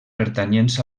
pertanyents